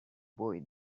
boy